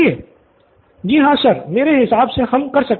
student Nithin ji हाँ sir मेरे हिसाब से हम कर सकते हैं